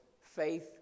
faith